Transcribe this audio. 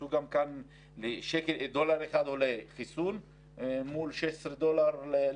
התייחסו לכך שדולר אחד עולה חיסון מול $16 טיפול,